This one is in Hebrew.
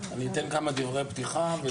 אני אתן כמה דברי פתיחה וזהבית תציג את המצגת.